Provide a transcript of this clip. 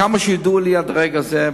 עד כמה שידוע לי עד לרגע זה,